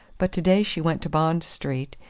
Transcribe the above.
but to-day she went to bond street,